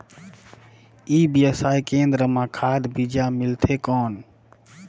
ई व्यवसाय केंद्र मां खाद बीजा मिलथे कौन?